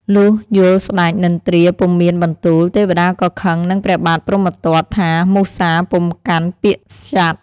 លុះយល់ស្តេចនិទ្រាពុំមានបន្ទូល ទេវតាក៏ខឹងនឹងព្រះបាទព្រហ្មទត្តថាមុសាពុំកាន់ពាក្យសត្យ។